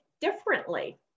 differently